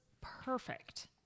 perfect